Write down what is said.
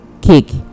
cake